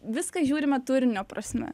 viską žiūrime turinio prasme